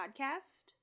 podcast